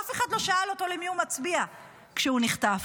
אף אחד לא שאל אותו למי הוא מצביע כשהוא נחטף.